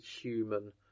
human